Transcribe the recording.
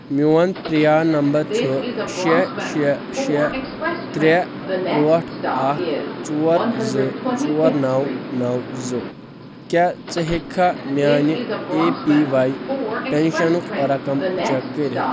میون پریٛا نَمبر چھُ شےٚ شےٚ شےٚ ترٚےٚ ٲٹھ اکھ ژور زٕ ژور نَو نَو زٕ کیاہ ژٕ ہیٚکھا میانہِ اے پی واے پیٚنشنُک رقَم چٮ۪ک کٔرِتھ